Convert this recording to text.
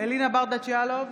אלינה ברדץ' יאלוב,